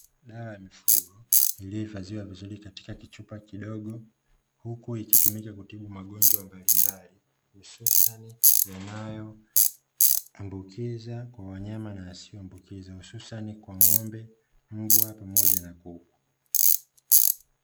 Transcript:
Dawa ya mifugo iliyohifadhiwa vizuri katika kichupa kidogo, huku ikitumika kutibu magonjwa mbalimbali hususani yanayo ambukiza kwa wanyama na yasiyo ambukiza hususani kwa: ng’ombe, mbwa pamoja na kuku.